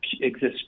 exists